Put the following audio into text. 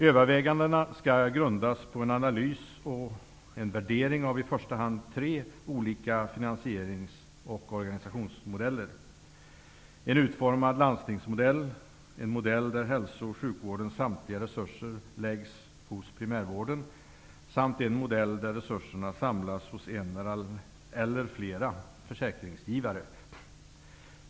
Övervägandena skall grundas på en analys och en värdering av i första hand tre olika finansierings och organisationsmodeller: en utformad landstingsmodell, en modell där hälso och sjukvårdens samtliga resurser läggs hos primärvården samt en modell där resurserna samlas hos en eller flera försäkringsgivare.